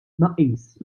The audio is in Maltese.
tnaqqis